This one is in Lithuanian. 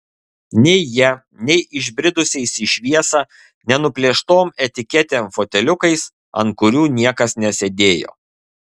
nei ja nei išbridusiais į šviesą nenuplėštom etiketėm foteliukais ant kurių niekas nesėdėjo